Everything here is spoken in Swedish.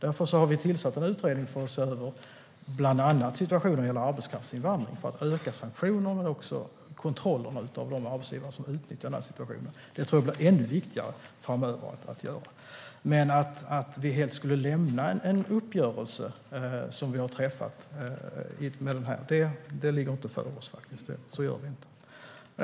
Därför har vi tillsatt en utredning för att se över bland annat situationen när det gäller arbetskraftsinvandring för att öka sanktionerna men också kontrollen av de arbetsgivare som utnyttjar situationen. Det tror jag blir ännu viktigare att göra framöver. Men att helt lämna en uppgörelse som vi har träffat ligger inte för oss; så gör vi inte.